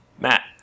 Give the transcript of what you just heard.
Matt